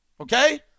Okay